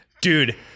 Dude